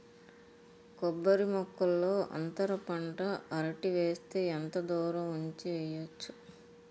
కొబ్బరి మొక్కల్లో అంతర పంట అరటి వేస్తే ఎంత దూరం ఉంచి వెయ్యొచ్చు?